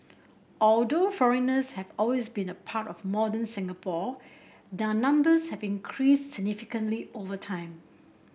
although foreigners have always been a part of modern Singapore their numbers have increased significantly over time